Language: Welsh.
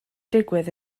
digwydd